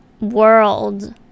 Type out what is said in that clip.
world